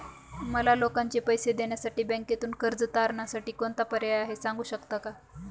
मला लोकांचे पैसे देण्यासाठी बँकेतून कर्ज तारणसाठी कोणता पर्याय आहे? सांगू शकता का?